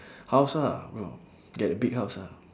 house ah bro get a big house ah